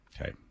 Okay